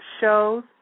shows